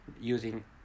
using